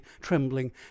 trembling